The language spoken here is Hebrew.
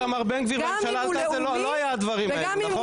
עד שאיתמר בן גביר לא היה הדברים האלו נכון?